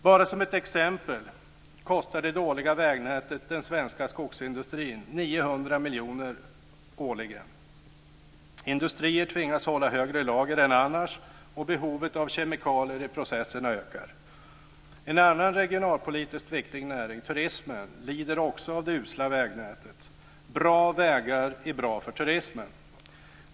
Bara som ett exempel kan jag nämna att det dåliga vägnätet kostar den svenska skogsindustrin 900 miljoner årligen. Industrier tvingas hålla större lager än annars, och behovet av kemikalier i processen ökar. En annan regionalpolitiskt viktig näring, turismen, lider också av det usla vägnätet. Bra vägar är bra för turismen.